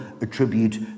attribute